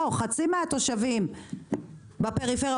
חצי מהתושבים בפריפריה,